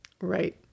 Right